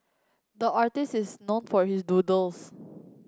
the artist is known for his doodles